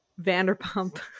Vanderpump